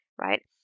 right